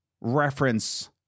reference